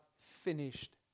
finished